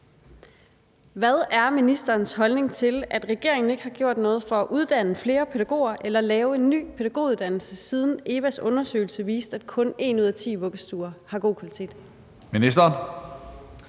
Hvad er ministerens holdning til, at regeringen ikke har gjort noget for at uddanne flere pædagoger eller lave en ny pædagoguddannelse, siden undersøgelsen udarbejdet af Danmarks Evalueringsinstitut